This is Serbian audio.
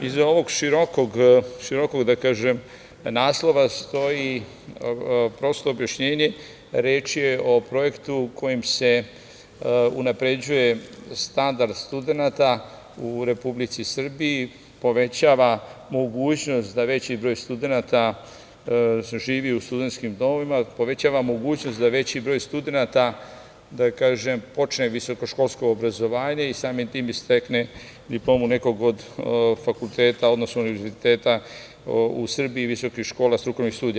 Iza ovog širokog, da kažem, naslova stoji prosto objašnjenje, reč je o projektu kojim se unapređuje standard studenata u Republici Srbiji, povećava mogućnost da veći broj studenata živi u studentskim domovima, povećava mogućnost da veći broj studenata počne visokoškolsko obrazovanje i samim tim i stekne diplomu nekog od fakulteta, odnosno Univerziteta u Srbiji, visokih škola strukovnih studija.